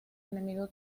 enemigo